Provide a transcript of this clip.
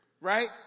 right